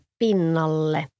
pinnalle